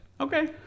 Okay